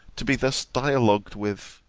to be thus dialogued with?